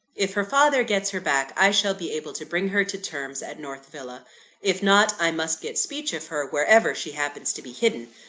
if her father gets her back, i shall be able to bring her to terms at north villa if not, i must get speech of her, wherever she happens to be hidden.